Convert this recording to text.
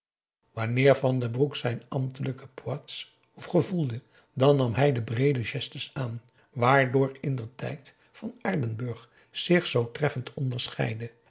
wanneer van den broek zijn ambtelijk poids gevoelde dan nam hij de breede gestes aan waardoor indertijd van aardenburg zich zoo treffend onderscheidde